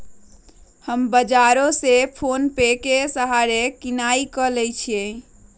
हम बजारो से फोनेपे के सहारे किनाई क लेईछियइ